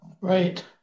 Right